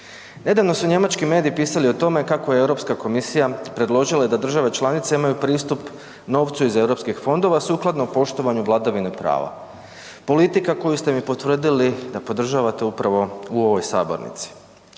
Nedavno su njemački mediji pisali o tome kao je Europska komisija predložila da države članice imaju pristup novcu iz Europskih fondova sukladno poštovanju vladavine prava. Politika koju ste mi potvrdili da podržavate upravo u ovoj sabornici.